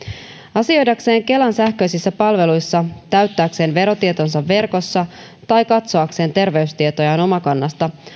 asioidakseen kelan sähköisissä palveluissa täyttääkseen verotietonsa verkossa tai katsoakseen terveystietojaan omakannasta